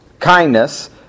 Kindness